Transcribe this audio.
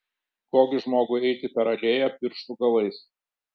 ko gi žmogui eiti per alėją pirštų galais